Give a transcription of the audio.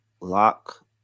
Lock